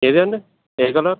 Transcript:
ఏదండీ ఏ కలర్